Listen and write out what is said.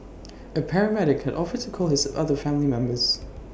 A paramedic had offered to call his other family members